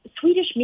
Swedish